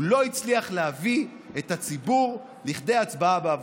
הוא לא הצליח להביא את הציבור לכדי הצבעה בעבורו.